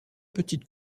petites